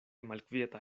malkvieta